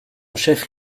chef